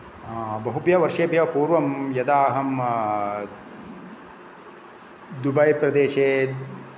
बहुभ्यः वर्षेभ्यः पूर्वं यदा अहं दूबै प्रदेशे